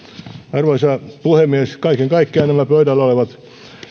arvoisa puhemies kaiken kaikkiaan nämä pöydällä olevat